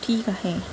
ठीक आहे